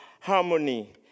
harmony